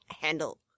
handle